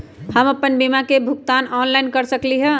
हम अपन बीमा के भुगतान ऑनलाइन कर सकली ह?